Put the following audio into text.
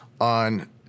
on